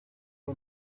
b’u